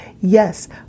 Yes